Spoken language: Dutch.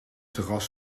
terras